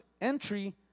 entry